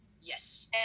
Yes